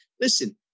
Listen